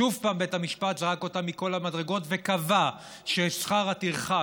שוב בית המשפט זרק אותם מכל המדרגות וקבע ששכר הטרחה,